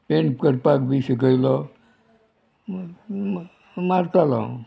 paint करपाक बी शिकयलो मारतालो हांव